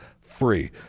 free